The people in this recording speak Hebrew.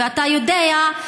ואתה יודע,